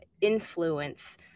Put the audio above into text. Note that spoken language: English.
influence